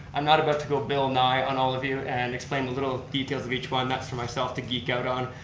i'm not about to go bill nye on all of you and explain the little details of each one. that's for myself to geek out on.